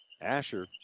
Asher